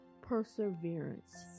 perseverance